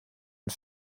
und